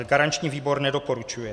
Garanční výbor nedoporučuje.